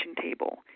table